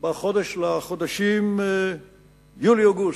לחודשים יולי אוגוסט.